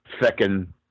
second